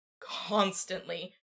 constantly